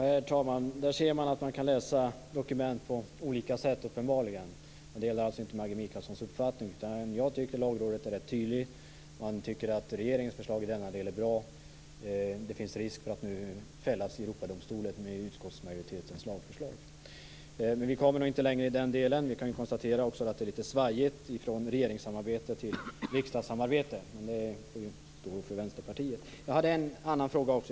Herr talman! Där ser man att man uppenbarligen kan läsa dokument på olika sätt. Jag delar alltså inte Maggi Mikaelssons uppfattning. Jag tycker att Lagrådet är rätt tydligt. Lagrådet tycker att regeringens förslag i denna del är bra. Det finns risk för att vi fälls i Europadomstolen om utskottsmajoritetens lagförslag antas. Vi kommer nog inte längre i den delen. Vi kan också konstatera att det är lite svajigt vad gäller regeringssamarbete och riksdagssamarbete, men det får stå för Vänsterpartiet. Jag hade också en annan fråga.